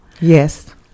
Yes